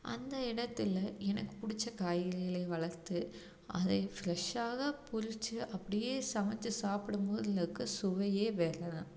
அந்த இடத்துல எனக்கு பிடிச்ச காய்கறிகளை வளர்த்து அதை ஃப்ரெஷ்ஷாக பறிச்சி அப்படியே சமைச்சி சாப்பிடும் போது இதில் இருக்கற சுவையே வேறு தான்